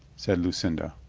said lucinda.